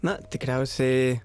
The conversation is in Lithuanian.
na tikriausiai